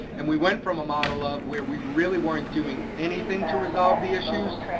and we went from a model of where we really weren't doing anything to resolve the issues,